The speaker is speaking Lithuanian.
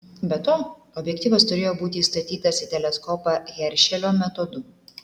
be to objektyvas turėjo būti įstatytas į teleskopą heršelio metodu